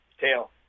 tail